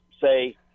say